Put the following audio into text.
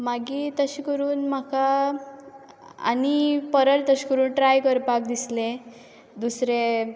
मागीर तशें करून म्हाका आनी परत तश करून ट्राय करपाक दिसलें दुसरे